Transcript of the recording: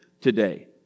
today